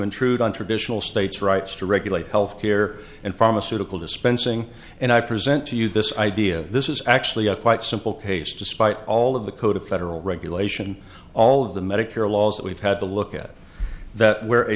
intrude on traditional states rights to regulate health care and pharmaceutical dispensing and i present to you this idea this is actually a quite simple page despite all of the code of federal regulation all of the medicare laws that we've had to look at that where a